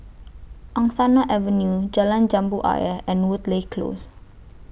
Angsana Avenue Jalan Jambu Ayer and Woodleigh Close